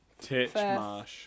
Titchmarsh